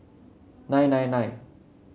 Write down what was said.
nine nine nine